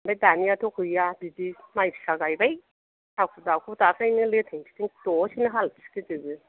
ओमफ्राय दानियाथ' गैया बिदि माइ फिसा गायबाय हाखु दाखु दाख्लैनो लेथें फिथें दसेनो हाल थिखोजोबो